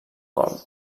gol